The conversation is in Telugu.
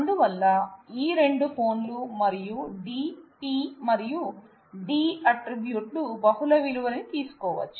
అందువల్ల ఈ రెండు ఫోన్ లు మరియు D P మరియు D ఆట్రిబ్యూట్ లు బహుళ విలువలు ని తీసుకోవచ్చు